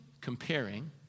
comparing